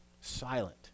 silent